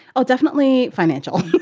oh, definitely financial.